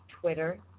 Twitter